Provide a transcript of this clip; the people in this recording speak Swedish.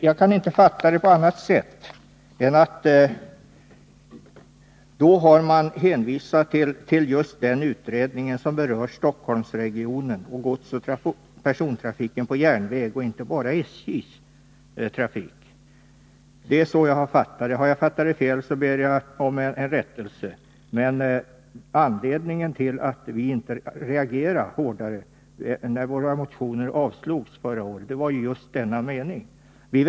Jag kan inte fatta det på annat sätt än att man hänvisat till just den utredning som berör Stockholmsregionen och godsoch persontrafiken på järnväg — inte bara SJ:s trafik. Det är så jag har uppfattat det, och om jag har fattat fel så ber jag om rättelse. Anledningen till att vi inte reagerade hårdare när våra motioner avslogs förra året var just hänvisningen till utredningen i trafikutskottets betänkande.